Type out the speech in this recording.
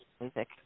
music